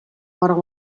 però